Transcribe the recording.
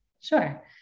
sure